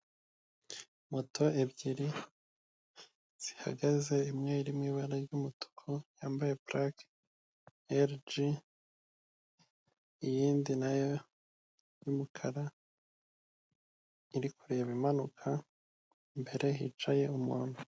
Moto ebyiri zihagaze, imwe iri mu ibara ry'umutuku yambaye purake RG, iyindi na yo y'umukara iri kureba imanuka, imbere hicaye umuntu.